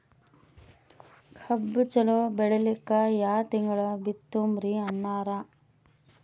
ಕಬ್ಬು ಚಲೋ ಬೆಳಿಲಿಕ್ಕಿ ಯಾ ತಿಂಗಳ ಬಿತ್ತಮ್ರೀ ಅಣ್ಣಾರ?